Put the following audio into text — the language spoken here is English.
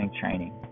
training